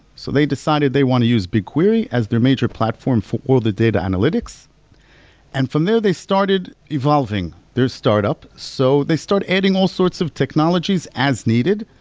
so they decided they want to use bigquery as their major platform for all the data analytics and from there, they started evolving their startup. so they start adding all sorts of technologies as needed.